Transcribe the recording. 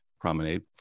Promenade